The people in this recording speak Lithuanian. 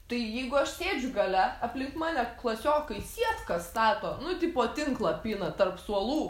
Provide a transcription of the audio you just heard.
tai jeigu aš sėdžiu gale aplink mane klasiokai sietkas stato nu tipo tinklą pina tarp suolų